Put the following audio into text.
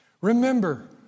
Remember